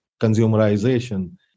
consumerization